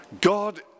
God